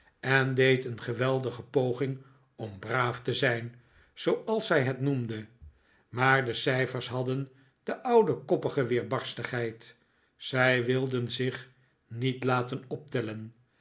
en deed een geweldige poging om braaf te zijn zooals zij het noemde maar de cijfers hadden de oude koppige weerbarstigheid zij wilden zich niet laten optellen